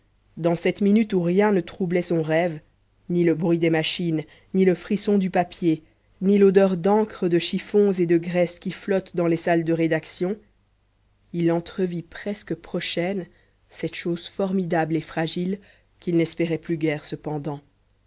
dans cette minute où rien ne troublait son rêve ni le bruit des machines ni le frisson du papier ni l'odeur d'encre de chiffons et de graisse qui flotte dans les salles de rédaction il entrevit presque prochaine cette chose formidable et fragile qu'il n'espérait plus guère cependant